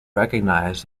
recognize